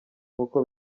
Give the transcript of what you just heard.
nkuko